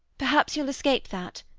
perhaps you'll escape that.